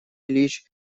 ильич